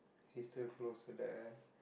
he's still close to the